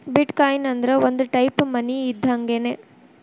ಬಿಟ್ coin ಅಂದ್ರ ಒಂದ type money ಇದ್ದಂಗ್ಗೆನ್